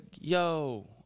yo